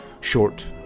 short